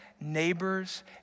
neighbors